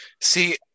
See